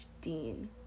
Dean